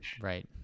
Right